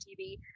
TV